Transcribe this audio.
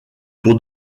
pour